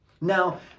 Now